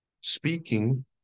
speaking